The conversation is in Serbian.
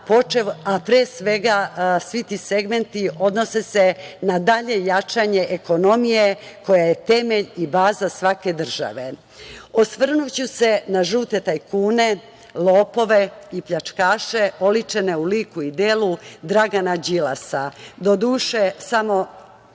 a pre svega svi ti segmenti odnose se na dalje jačanje ekonomije koja je temelj i baza svake države. Osvrnuću se na žute tajkune, lopove i pljačkaše oličene u liku i delu Dragana Đilasa, doduše samo